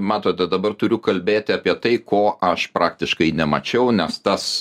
matote dabar turiu kalbėti apie tai ko aš praktiškai nemačiau nes tas